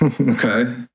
Okay